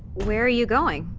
where are you going?